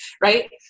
right